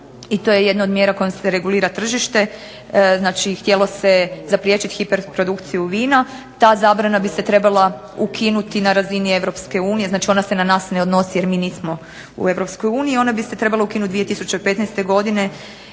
i to je jedna od mjera kojom se regulira tržište, znači htjelo se zapriječiti hiperprodukciju vina. Ta zabrana bi se trebala ukinuti na razini Europske unije, znači ona se na nas ne odnosi jer mi nismo u Europskoj uniji. Ona bi se trebala ukinuti 2015. godine,